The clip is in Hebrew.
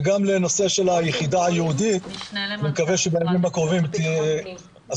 וגם לנושא של היחידה הייעודית אני מקווה שבימים הקרובים השר